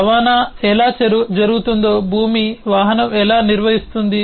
రవాణా ఎలా జరుగుతుందో భూమి వాహనం ఎలా నిర్వచిస్తుంది